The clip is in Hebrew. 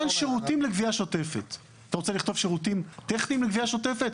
אתה רוצה לכתוב שירותים טכניים לגבייה שוטפת?